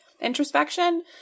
introspection